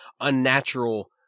unnatural